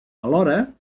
alhora